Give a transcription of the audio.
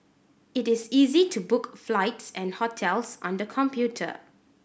it is easy to book flights and hotels on the computer